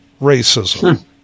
racism